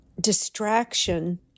distraction